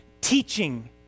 teaching